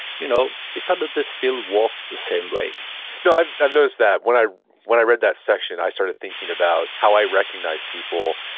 you know they kind of just still walked the same way no, i've i've noticed that. when i when i read that section, i started thinking about how i recognize people.